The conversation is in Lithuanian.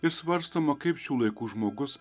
ir svarstoma kaip šių laikų žmogus